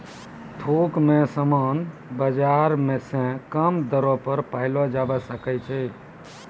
थोक मे समान बाजार से कम दरो पर पयलो जावै सकै छै